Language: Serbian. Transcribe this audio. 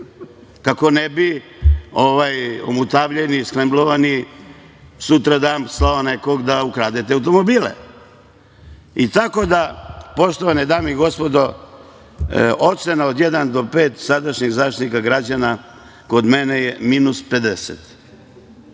kako ne bi omutavljeni i sklemblovani sutradan slao nekoga da ukrade te automobile. Tako da, poštovane dame i gospodo, ocena od jedan do pet sadašnjeg Zaštitnika građana, kod mene je minus 50.